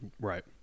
right